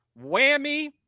whammy